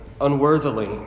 unworthily